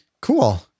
Cool